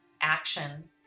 action